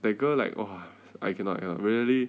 the girl like !wah! I cannot cannot really